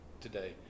today